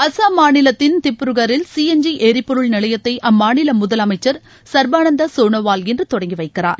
அசாம் மாநிலத்தின் திப்ருகரில் சிஎன்ஜி எரிபொருள் நிலையத்தை அம்மாநில முதலமைச்சர் சர்பானந்த சோனோவால் இன்று தொடங்கி வைக்கிறார்